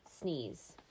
sneeze